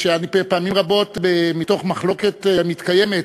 שהן לא פחות חשובות לביטחונה של המדינה שלנו,